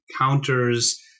counters